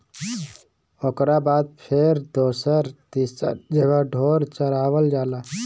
ओकरा बाद फेर दोसर तीसर जगह ढोर चरावल जाला